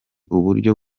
uburyo